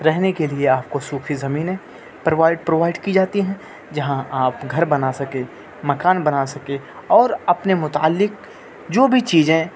رہنے کے لیے آپ کو سوکھی زمینیں پرووائڈ پرووائڈ کی جاتی ہیں جہاں آپ گھر بنا سکے مکان بنا سکے اور اپنے متعلک جو بھی چیزیں